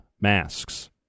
masks